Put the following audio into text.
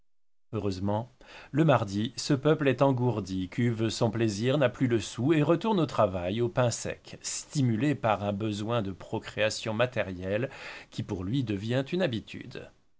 heureusement le mardi ce peuple est engourdi cuve son plaisir n'a plus le sou et retourne au travail au pain sec stimulé par un besoin de procréation matérielle qui pour lui devient une habitude